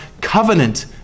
covenant